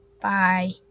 Bye